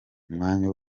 umwanya